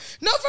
No